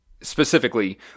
specifically